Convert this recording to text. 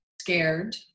scared